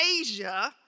Asia